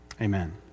Amen